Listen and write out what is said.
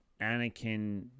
Anakin